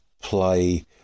play